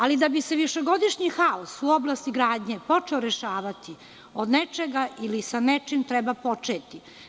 Ali, da bi se višegodišnji haos u oblasti gradnje počeo rešavati, od nečega ili sa nečim treba početi.